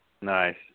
Nice